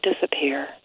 disappear